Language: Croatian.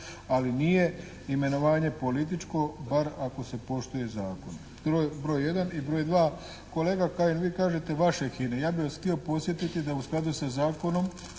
ali nije imenovanje političko bar ako se poštuje zakon. Broj jedan. I broj dva. Kolega Kajin vi kažete: «Vaše HINA-e.» Ja bih vas htio podsjetiti da u skladu sa Zakonom